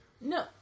No